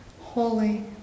holy